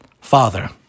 Father